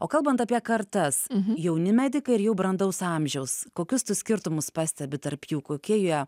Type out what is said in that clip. o kalbant apie kartas jauni medikai ir jau brandaus amžiaus kokius tu skirtumus pastebi tarp jų kokie jie